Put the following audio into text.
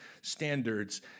standards